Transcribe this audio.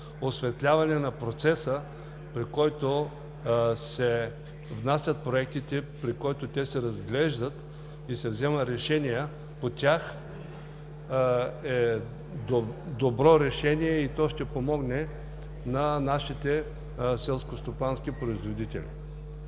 осветляване на процеса, при който се внасят проектите, при който те се разглеждат и се вземат решения по тях, е добро решение и то ще помогне на нашите селскостопански производители.